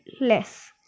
less